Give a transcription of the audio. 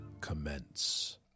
commence